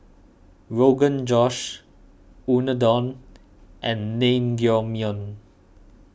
Rogan Josh Unadon and Naengmyeon